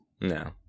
no